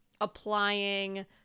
applying